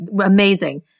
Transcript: amazing